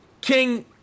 King